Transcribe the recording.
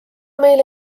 meile